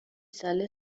ساله